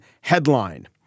headline